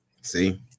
See